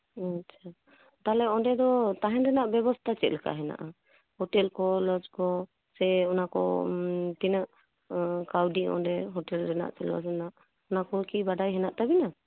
ᱟᱪᱪᱷᱟ ᱛᱟᱞᱦᱮ ᱚᱸᱰᱮ ᱫᱚ ᱛᱟᱦᱮᱱ ᱨᱮᱱᱟᱜ ᱵᱮᱵᱚᱥᱛᱟ ᱪᱮᱫᱞᱮᱠᱟ ᱢᱮᱱᱟᱜᱼᱟ ᱦᱳᱴᱮᱞ ᱠᱚ ᱞᱚᱡᱽ ᱠᱚ ᱥᱮ ᱚᱱᱟᱠᱚ ᱛᱤᱱᱟᱹᱜ ᱠᱟᱹᱣᱰᱤ ᱚᱸᱰᱮ ᱦᱳᱴᱮᱞ ᱨᱮᱱᱟᱜ ᱚᱱᱟ ᱠᱚ ᱠᱤ ᱵᱟᱰᱟᱭ ᱦᱮᱱᱟᱜ ᱛᱟᱵᱤᱱᱟ